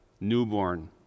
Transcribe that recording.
newborn